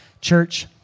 Church